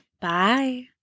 Bye